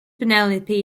penelope